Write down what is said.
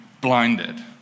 blinded